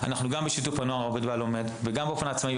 אז גם בשיתוף פעולה עם ׳הנוער העובד והלומד׳ וגם באופן עצמאי,